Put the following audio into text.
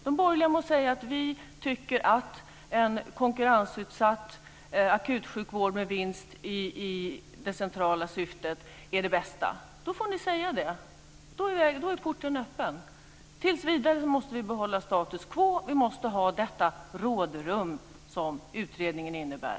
De borgerliga må säga att man tycker att en konkurrensutsatt akutsjukvård med vinst som det centrala syftet är det bästa. Men då får ni säga det; då är porten öppen. Tills vidare måste vi dock behålla status quo och ha det rådrum som utredningen innebär.